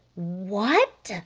what?